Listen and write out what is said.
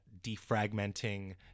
defragmenting